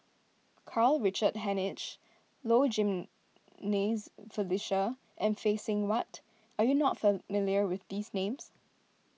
Karl Richard Hanitsch Low Jimenez Felicia and Phay Seng Whatt are you not familiar with these names